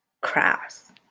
crass